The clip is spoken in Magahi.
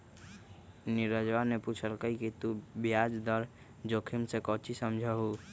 नीरजवा ने पूछल कई कि तू ब्याज दर जोखिम से काउची समझा हुँ?